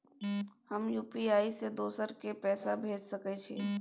हम यु.पी.आई से दोसर के पैसा भेज सके छीयै?